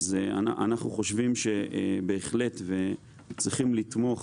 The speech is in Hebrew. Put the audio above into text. אנחנו חושבים שבהחלט צריכים לתמוך